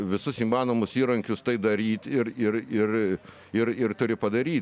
visus įmanomus įrankius tai daryt ir ir ir ir ir turi padary